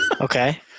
Okay